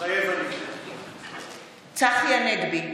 מתחייב אני צחי הנגבי,